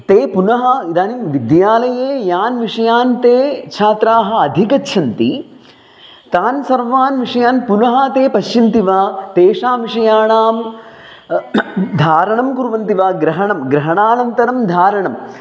ते पुनः इदानीं विद्यालये यान् विषयान् ते छात्राः अधिगच्छन्ति तान् सर्वान् विषयान् पुनः ते पश्यन्ति वा तेषां विषयाणां धारणं कुर्वन्ति वा ग्रहणं ग्रहणानन्तरं धारणम्